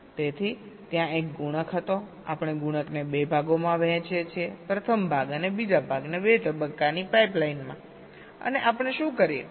તેથી ત્યાં એક ગુણક હતો આપણે ગુણકને 2 ભાગોમાં વહેંચીએ છીએ પ્રથમ ભાગ અને બીજા ભાગને 2 તબક્કાની પાઇપલાઇન માં અને આપણે શું કરીએ